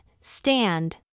stand